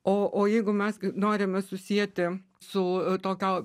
o o jeigu mes norime susieti su tokio